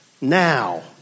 now